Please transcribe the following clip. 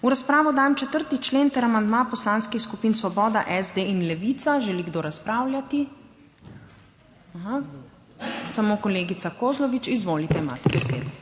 V razpravo dajem 4. člen ter amandma poslanskih skupin Svoboda, SD in Levica. Želi kdo razpravljati? Samo kolegica Kozlovič. Izvolite, imate besedo.